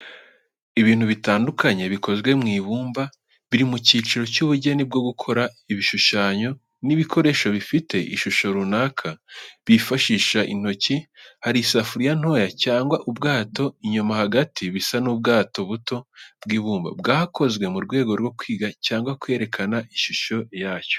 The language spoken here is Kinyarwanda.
Ibintu bitandukanye bikozwe mu ibumba, biri mu cyiciro cy’ubugeni bwo gukora ibishushanyo n’ibikoresho bifite ishusho runaka bifashisha intoki. Hari isafuriya ntoya cyangwa ubwato inyuma hagati bisa n’ubwato buto bw’ibumba, bwakozwe mu rwego rwo kwiga cyangwa kwerekana ishusho yacyo.